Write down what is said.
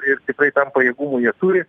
ir tikrai tam pajėgumų jie turi